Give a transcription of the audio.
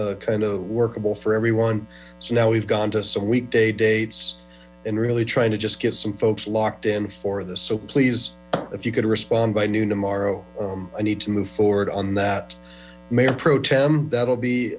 kind of workable for everyone so now we've gone to some weekday dates and really trying to just get some folks locked in for this so please if you could respond by noon tomorrow i need to move forward on that